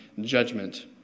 judgment